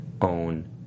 own